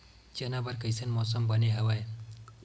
चना बर कइसन मौसम बने हवय?